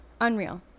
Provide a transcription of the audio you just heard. unreal